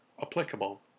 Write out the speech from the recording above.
applicable